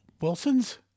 Wilson's